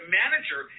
manager